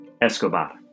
Escobar